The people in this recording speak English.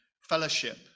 fellowship